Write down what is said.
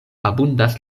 abundas